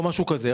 או משהו כזה.